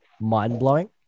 mind-blowing